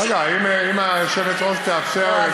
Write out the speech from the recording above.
אם היושבת-ראש תאפשר לדבר,